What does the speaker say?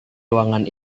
ruangan